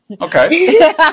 Okay